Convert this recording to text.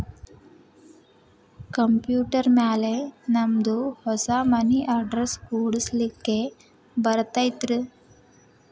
Computer ಮ್ಯಾಲೆ ನಮ್ದು ಹೊಸಾ ಮನಿ ಅಡ್ರೆಸ್ ಕುಡ್ಸ್ಲಿಕ್ಕೆ ಬರತೈತ್ರಿ?